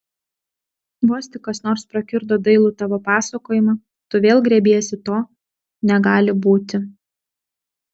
vos tik kas nors prakiurdo dailų tavo pasakojimą tu vėl griebiesi to negali būti